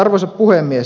arvoisa puhemies